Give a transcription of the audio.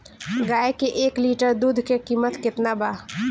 गाय के एक लिटर दूध के कीमत केतना बा?